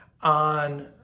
on